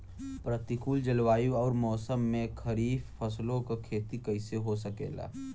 प्रतिकूल जलवायु अउर मौसम में खरीफ फसलों क खेती कइसे हो सकेला?